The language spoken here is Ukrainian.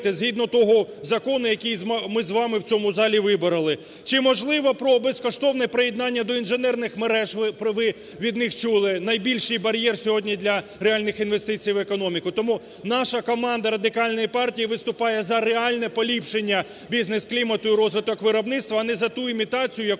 згідно того закону, який ми з вами в цьому залі вибороли? Чи можливо про безкоштовне приєднання до інженерних мереж, ви від них чули, найбільший бар'єр сьогодні для реальних інвестицій в економіку? Тому наша команда Радикальної партії виступає за реальне поліпшення бізнес-клімату і розвиток виробництва, а не за ту імітацію, якою сьогодні